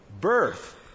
Birth